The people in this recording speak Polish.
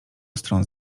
stron